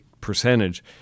percentage